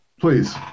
please